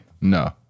No